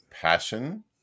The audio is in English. Passion